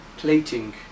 plating